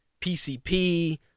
PCP